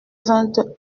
vingt